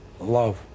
Love